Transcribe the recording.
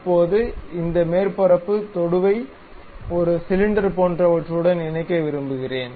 இப்போது இந்த மேற்பரப்பு தொடுவை ஒரு சிலிண்டர் போன்றவற்றுடன் இணைக்க விரும்புகிறேன்